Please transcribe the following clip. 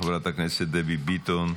חברת הכנסת דני ביטון,